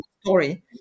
story